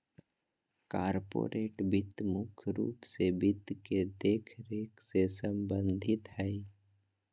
corporate वित्त मुख्य रूप से वित्त के देखरेख से सम्बन्धित हय